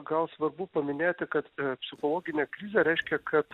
gal svarbu paminėti kad psichologinė krizė reiškia kad